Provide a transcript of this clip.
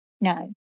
No